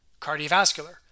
Cardiovascular